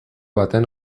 baten